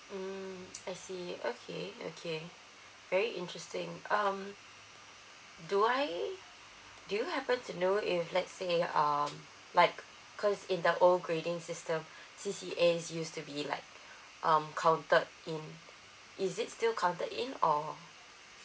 mm I see okay okay very interesting um do I do you happen to know if let's say um like because in the old grading system C_C_A is used to be like um counted in is it still counted in or